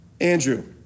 Andrew